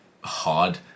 hard